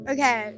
Okay